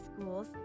schools